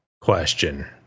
question